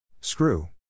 Screw